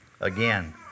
Again